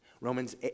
Romans